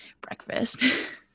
breakfast